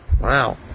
wow